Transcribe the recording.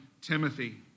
Timothy